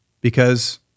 because-